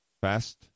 Fast